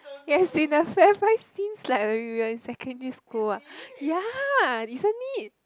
it has been a Fairprice since like we were in secondary school what ya isn't it